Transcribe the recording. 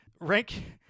rank